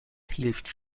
hilft